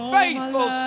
faithful